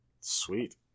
sweet